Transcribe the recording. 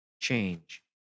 change